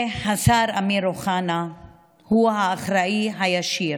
השר אמיר אוחנה הוא האחראי הישיר.